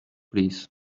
please